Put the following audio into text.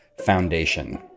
foundation